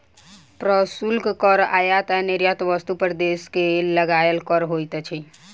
प्रशुल्क कर आयात आ निर्यात वस्तु पर देश के लगायल कर होइत अछि